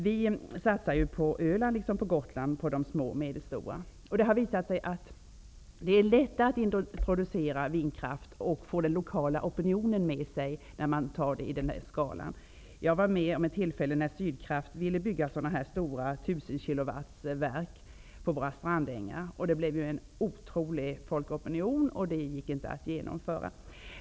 Vi satsar på Öland liksom på Gotland på de små och medelstora vindkraftverken. Det har visat sig att det är lätt att introducera vindkraft och att få med sig den lokala opinionen om det sker i den skalan. Jag var med vid ett tillfälle när Sydkraft ville bygga stora 1 000-kilowattsverk på våra strandängar. Det blev en oerhörd folkopinion mot detta, och det gick inte att genomföra.